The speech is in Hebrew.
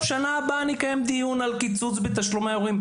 בשנה הבאה נקיים דיון על קיצוץ בתשלומי ההורים.